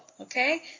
okay